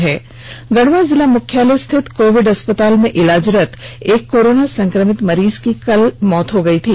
वहीं गढ़वा जिला मुख्यालय स्थित कोविड अस्पताल में इलाजरत एक कोरोना संक्रमित मरीज की कल मौत हो गई थी